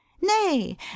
nay